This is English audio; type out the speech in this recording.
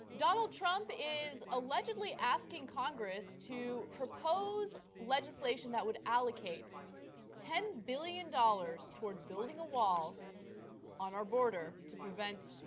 donald trump is allegedly asking congress to proposed legislation that would allocate ten billion dollars toward building a wall on our border to prevent